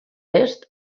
est